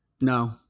No